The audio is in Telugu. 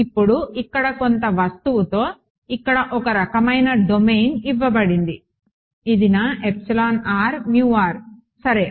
ఇప్పుడు ఇక్కడ కొంత వస్తువుతో ఇక్కడ ఒక రకమైన డొమైన్ ఇవ్వబడింది ఇది నా సరే